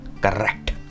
Correct